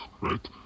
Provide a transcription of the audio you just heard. right